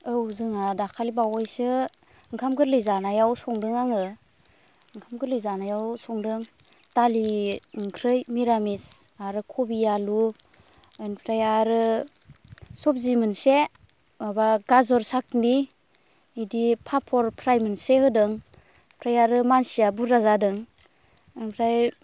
औ जोंहा दाखालि बावैसो ओंखाम गोरलै जानायाव संदों आङो ओंखाम गोरलै जानायाव संदों दालि ओंख्रि निरामिस आरो कबि आलु ओमफ्राय आरो सब्जि मोनसे माबा गाजर साटनि बिदि पाप'र फ्राय मोनसे होदों ओमफ्राय आरो मानसिया बुरजा जादों ओमफ्राय